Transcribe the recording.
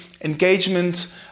engagement